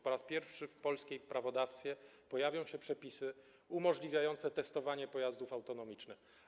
Po raz pierwszy w polskim prawodawstwie pojawią się przepisy umożliwiające testowanie pojazdów autonomicznych.